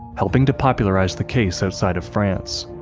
helping to popularize the case outside of france.